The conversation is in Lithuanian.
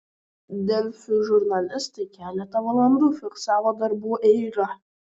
delfi žurnalistai keletą valandų fiksavo darbų eigą